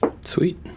Sweet